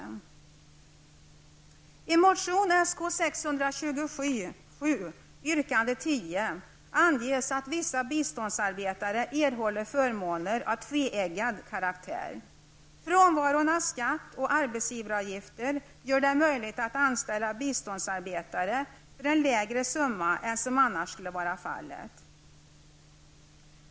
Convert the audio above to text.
I motion Sk627 yrkande 10 anges att vissa biståndsarbetare erhåller förmåner av tveeggad karaktär. Frånvaron av skatt och arbetsgivareavgifter gör det möjligt att anställa biståndsarbetare för en lägre summa än som annars skulle vara fallet.